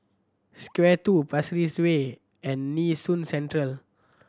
Square Two Pasir Ris Way and Nee Soon Central